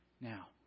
Now